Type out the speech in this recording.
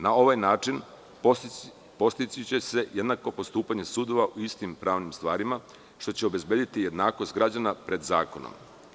Na ovaj način postići će se jednako postupanje sudova u istim pravnim stvarima, što će obezbediti jednakost građana pred zakonom.